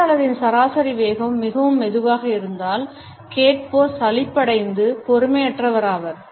பேச்சாளரின் சராசரி வேகம் மிகவும் மெதுவாக இருந்தால் கேட்போர் சலிப்படைந்து பொறுமையற்றவராவார்